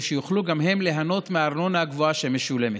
שיוכלו גם הן ליהנות מהארנונה הגבוהה שמשולמת.